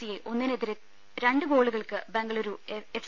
സിയെ ഒന്നിനെതിരെ രണ്ട് ഗോളുകൾക്ക് ബംഗളുരു എഫ്